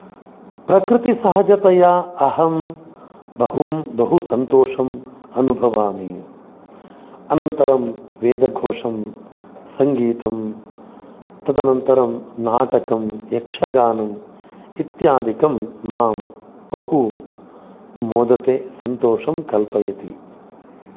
प्रकृतिसहजतया अहं बहुं बहु सन्तोषम् अनुभवामि अनन्तरं वेदघोषं सङ्गीतं तदनन्तरं नाटकं यक्षगानम् इत्यादिकं मां बहु मोदते सन्तोषं कल्पयति